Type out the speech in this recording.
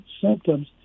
symptoms